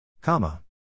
Comma